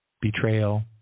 betrayal